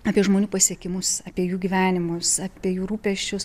apie žmonių pasiekimus apie jų gyvenimus apie jų rūpesčius